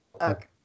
okay